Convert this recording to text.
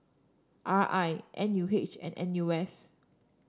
R I N U H and N U S